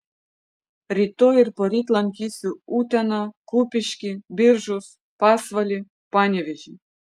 rytoj ir poryt lankysiu uteną kupiškį biržus pasvalį panevėžį